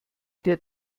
der